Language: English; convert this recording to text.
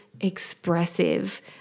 expressive